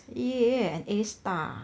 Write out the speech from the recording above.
yea and A star